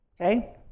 okay